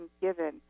given